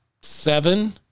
seven